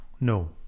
No